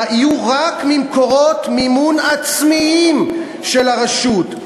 יהיו רק ממקורות מימון עצמיים של הרשות.